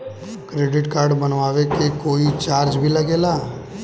Credit card बनवावे के कोई चार्ज भी लागेला?